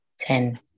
Ten